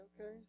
okay